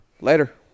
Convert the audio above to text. Later